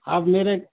آپ میرے